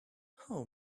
how